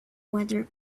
whether